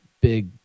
big